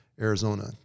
Arizona